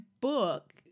book